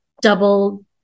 double